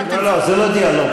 אני יודעת את זה,